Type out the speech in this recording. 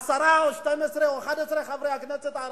עשרה או 12 או 11 חברי הכנסת הערבים,